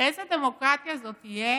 איזו דמוקרטיה זו תהיה